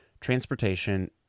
transportation